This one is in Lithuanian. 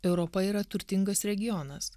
europa yra turtingas regionas